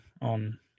on